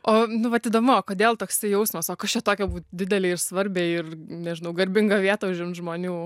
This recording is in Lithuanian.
o nu vat įdomu o kodėl toksai jausmas o kas čia tokio būt didelei ir svarbiai ir nežinau garbingą vietą užimt žmonių